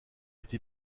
été